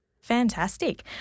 Fantastic